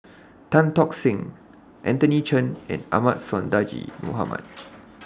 Tan Tock Seng Anthony Chen and Ahmad Sonhadji Mohamad